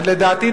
לדעתי,